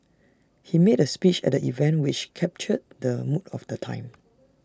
he made A speech at the event which captured the mood of the time